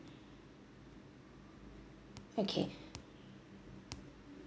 okay